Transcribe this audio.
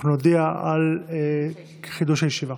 אנחנו נודיע על חידוש הישיבה.